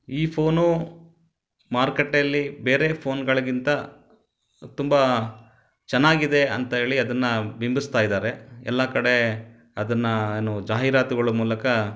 ಈ ಫೋನು ಮಾರುಕಟ್ಟೆಯಲ್ಲಿ ಬೇರೆ ಫೋನ್ಗಳಿಗಿಂತ ತುಂಬ ಚೆನ್ನಾಗಿದೆ ಅಂತ ಹೇಳಿ ಅದನ್ನು ಬಿಂಬಿಸ್ತಾಯಿದ್ದಾರೆ ಎಲ್ಲ ಕಡೆ ಅದನ್ನು ಏನು ಜಾಹೀರಾತುಗಳ ಮೂಲಕ